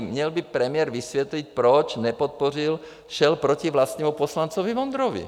Měl by premiér vysvětlit, proč nepodpořil, šel proti vlastnímu poslanci Vondrovi.